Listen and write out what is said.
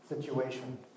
situation